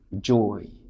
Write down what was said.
joy